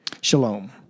Shalom